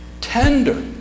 Tender